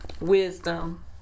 wisdom